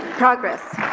progress.